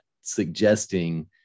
suggesting